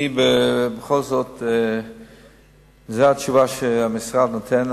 בכל זאת, זו התשובה שהמשרד נותן.